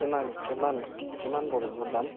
কিমান কিমান কিমান পৰিব দাম